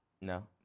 No